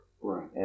Right